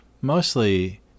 mostly